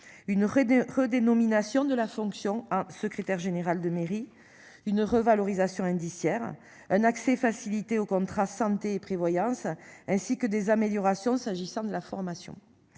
heure. Nominations de la fonction. Un secrétaire général de mairie une revalorisation indiciaire un accès facilité aux contrats santé et prévoyance ainsi que des améliorations, s'agissant de la formation.